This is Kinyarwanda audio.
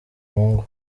ngo